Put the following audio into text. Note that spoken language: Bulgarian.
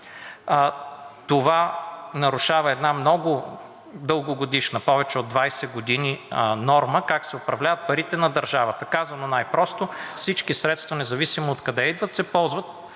Това нарушава една много дългогодишна, повече от 20 години, норма как се управляват парите на държавата. Казано най-просто, всички средства, независимо откъде идват, се ползват